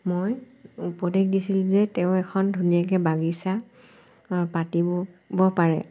মই উপদেশ দিছিলোঁ যে তেওঁ এখন ধুনীয়াকৈ বাগিচা পাতিব পাৰে